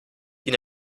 die